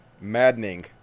maddening